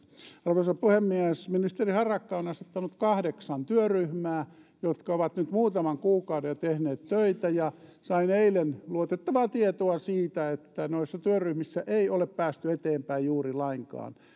arvoisa puhemies ministeri harakka on asettanut kahdeksan työryhmää jotka ovat nyt muutaman kuukauden jo tehneet töitä ja sain eilen luotettavaa tietoa siitä että noissa työryhmissä ei ole päästy eteenpäin juuri lainkaan